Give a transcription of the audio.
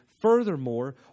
Furthermore